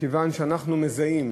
מכיוון שאנחנו מזהים,